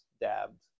dabbed